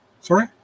Sorry